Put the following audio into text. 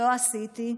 לא עשיתי.